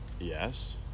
Yes